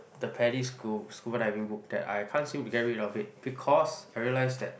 the Padi's scu~ scuba diving book that I can't seem to get rid of it because I realise that